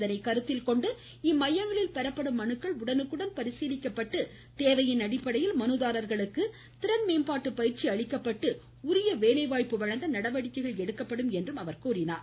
இதனை கருத்தில் கொண்டு இந்த மையங்களில் பெறப்படும் மனுக்கள் உடனுக்குடன் பரிசீலிக்கப்பட்டு தேவையின் அடிப்படையில் மனுதாரர்களுக்கு திறன்மேம்பாட்டு பயிற்சி அளிக்கப்பட்டு உரிய வேலை வாய்ப்பு வழங்க நடவடிக்கை எடுக்கப்படும் என்றும் கூறினார்